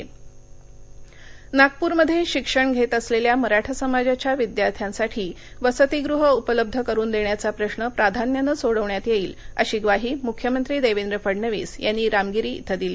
वसतीगृह नागपूरमध्ये शिक्षण घेत असलेल्या मराठा समाजाच्या विद्यार्थ्यांसाठी वसतीगृह उपलब्ध करून देण्याचा प्रश्न प्राधान्यानं सोडविण्यात येईल अशी ग्वाही मुख्यमंत्री देवेंद्र फडणवीस यांनी रामगिरी इथे दिली